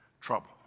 trouble